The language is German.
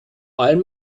allem